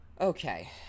Okay